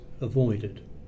avoided